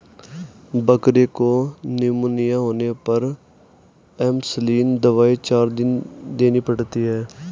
बकरी को निमोनिया होने पर एंपसलीन दवाई चार दिन देनी पड़ती है